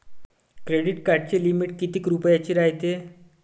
Credit कार्डाची limit कितीक रुपयाची रायते?